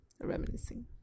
reminiscing